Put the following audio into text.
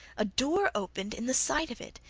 a door opened in the side of it,